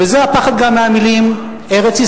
וזה הפחד גם מהמלים ארץ-ישראל,